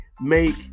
make